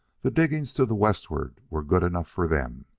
the diggings to the westward were good enough for them.